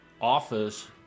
office